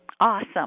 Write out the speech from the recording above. Awesome